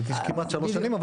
כמעט שלוש שנים,